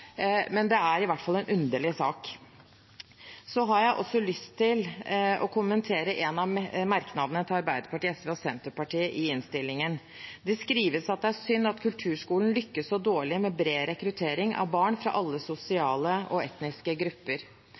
men det er i hvert fall en underlig sak. Så har jeg også lyst til å kommentere en av merknadene til Arbeiderpartiet, SV og Senterpartiet i innstillingen. Det skrives at det er «synd at kulturskolen lykkes så dårlig med en bred rekruttering av barn fra alle sosiale og etniske grupper».